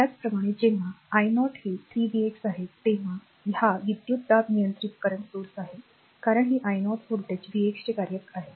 त्याचप्रमाणे जेव्हा i 0 हे 3 v x आहे तेव्हा हा विद्युतदाब नियंत्रित current स्त्रोत आहे कारण हे i 0 व्होल्टेज v x चे कार्य आहे